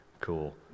Cool